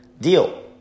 deal